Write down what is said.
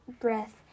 breath